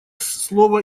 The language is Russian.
слово